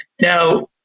Now